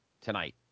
tonight